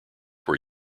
were